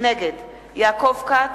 נגד יעקב כץ,